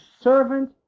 servant